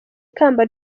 ikamba